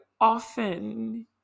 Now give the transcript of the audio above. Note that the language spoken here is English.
often